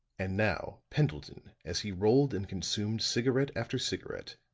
and now pendleton, as he rolled and consumed cigarette after cigarette,